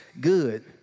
good